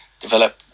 develop